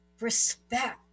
respect